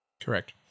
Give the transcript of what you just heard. Correct